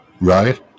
Right